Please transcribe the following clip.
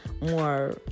more